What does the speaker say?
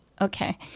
Okay